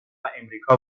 امریکا